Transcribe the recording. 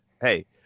hey